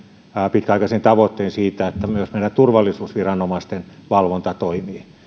pitkäaikaisen tavoitteen siitä että myös meillä turvallisuusviranomaisten valvonta toimii